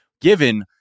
given